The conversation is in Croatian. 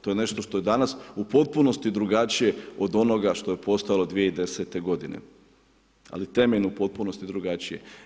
To je nešto što je danas u potpunosti drugačije od onoga što je postalo 2010. g. Ali temelj je u potpunosti drugačije.